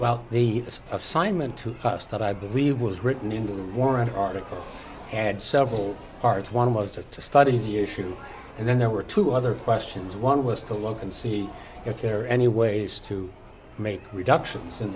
well the this assignment to us that i believe was written in the warren article had several parts one was to to study the issue and then there were two other questions one was to look and see if there are any ways to make reductions in